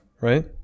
right